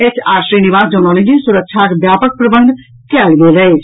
H R Srinivas जनौलनि जे सुरक्षाक व्यापक प्रबंध कयल गेल अछि